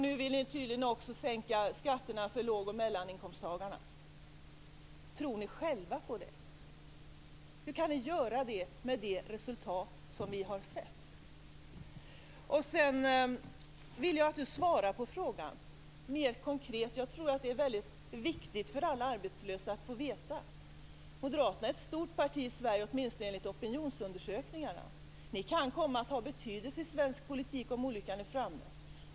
Nu vill nu tydligen också sänka skatterna för låg och mellaninkomsttagarna. Tror ni själva på detta? Hur kan ni göra det med det resultat som vi har sett? Sedan vill jag att Per Unckel svarar på frågan mer konkret. Jag tror att det är mycket viktigt för alla arbetslösa att få veta detta. Moderaterna är ett stort parti i Sverige, åtminstone enligt opinionsundersökningarna. Ni kan komma att ha betydelse i svensk politik om olyckan är framme.